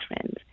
friends